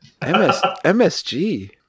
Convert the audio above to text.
MSG